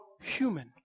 human